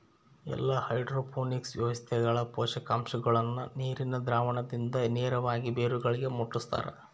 ಎಲ್ಲಾ ಹೈಡ್ರೋಪೋನಿಕ್ಸ್ ವ್ಯವಸ್ಥೆಗಳ ಪೋಷಕಾಂಶಗುಳ್ನ ನೀರಿನ ದ್ರಾವಣದಿಂದ ನೇರವಾಗಿ ಬೇರುಗಳಿಗೆ ಮುಟ್ಟುಸ್ತಾರ